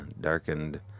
darkened